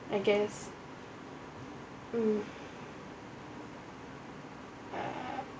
I guess mm